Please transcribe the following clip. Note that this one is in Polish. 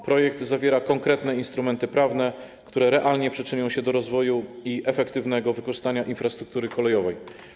Projekt zawiera konkretne instrumenty prawne, które realnie przyczynią się do rozwoju i efektywnego wykorzystania infrastruktury kolejowej.